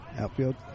outfield